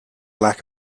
lack